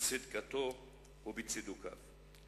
בצדקתו ובצידוקיו.